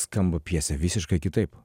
skamba pjesė visiškai kitaip